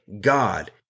God